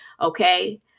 Okay